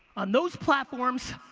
on those platforms,